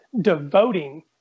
devoting